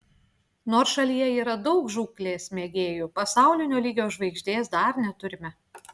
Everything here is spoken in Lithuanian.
nors šalyje yra daug žūklės mėgėjų pasaulinio lygio žvaigždės dar neturime